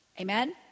Amen